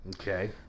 Okay